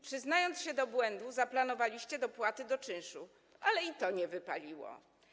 Przyznając się do błędu, zaplanowaliście dopłaty do czynszu, ale i to nie wypaliło.